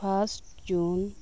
first June